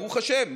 ברוך השם,